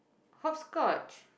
hopscotch